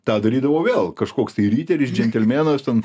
tą darydavo vėl kažkoks tai riteris džentelmenas ten